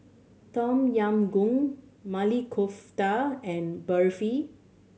Tom Yam Goong Maili Kofta and Barfi